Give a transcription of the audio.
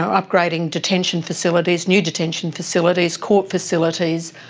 ah upgrading detention facilities, new detention facilities, court facilities,